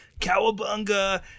cowabunga